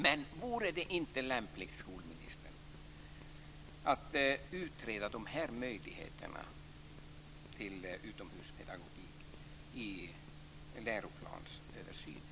Men vore det inte lämpligt, skolministern, att utreda möjligheterna till utomhuspedagogik i översynen av läroplanen?